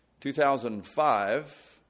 2005